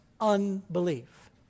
unbelief